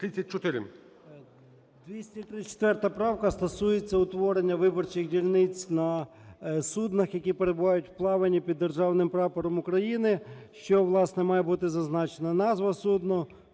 234 правка стосується утворення виборчих дільниць на суднах, які перебувають у плаванні під державним прапором України, що, власне, має бути зазначена назва судна,